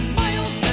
miles